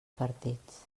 partits